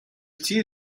цій